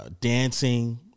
dancing